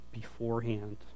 beforehand